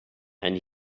and